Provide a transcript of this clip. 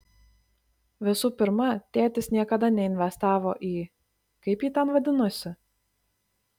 visų pirma tėtis niekada neinvestavo į kaip ji ten vadinosi